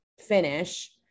finish